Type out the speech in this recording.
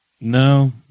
No